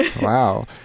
Wow